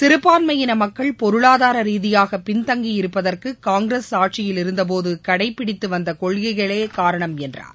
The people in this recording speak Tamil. சிறுபான்மையின மக்கள் பொருளாதார ரீதியாக பின் தங்கியிருப்பதற்கு காங்கிரஸ் ஆட்சியில் இருந்தபோது கடைபிடித்துவந்த கொள்கைகளே காரணம் என்றார்